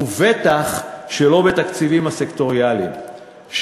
ובטח שלא בתקציבים הסקטוריאליים,